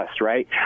right